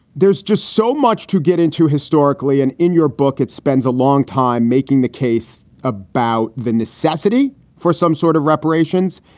there's just so much to get into historically. and in your book, it spends a long time making the case about the necessity for some sort of reparations.